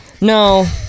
No